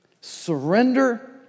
Surrender